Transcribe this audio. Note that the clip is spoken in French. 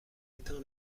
éteint